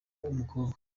w’umukobwa